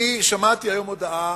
אני שמעתי היום הודעה